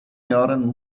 jahren